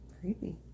Creepy